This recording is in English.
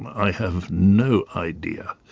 i have no idea.